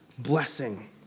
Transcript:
Blessing